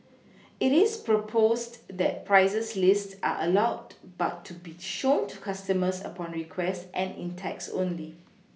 it is proposed that prices list are allowed but to be shown to customers upon request and in text only